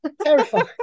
Terrifying